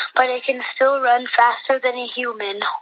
but it can still run faster than a human